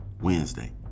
Wednesday